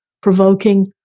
provoking